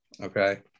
Okay